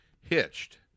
hitched